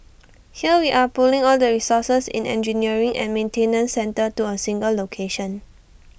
here we are pulling all the resources in engineering and maintenance centre to A single location